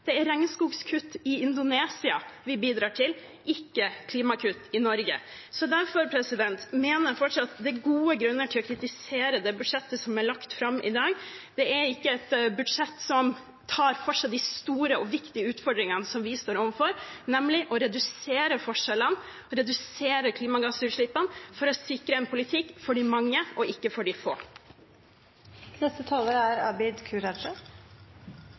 Det er regnskogkutt i Indonesia vi bidrar til, ikke klimakutt i Norge. Derfor mener jeg fortsatt det er gode grunner til å kritisere det budsjettet som er lagt fram i dag. Det er ikke et budsjett som tar for seg de store og viktige utfordringene som vi står overfor, nemlig å redusere forskjellene og redusere klimagassutslippene for å sikre en politikk for de mange og ikke for de få. Når representanten Kaski sier at det er